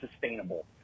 sustainable